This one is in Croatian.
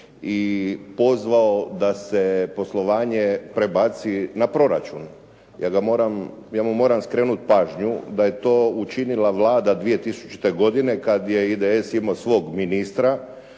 i pozvao da se poslovanje prebaci na proračun. Ja mu moram skrenuti pažnju da je to učinila Vlada 2000. godine kad je IDS imao svog ministra